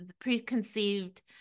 preconceived